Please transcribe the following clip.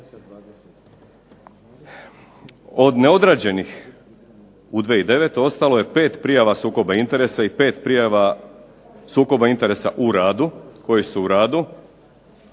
od neodrađenih u 2009. ostalo je pet prijava sukoba interesa i 5 prijava sukoba interesa koji su u radu,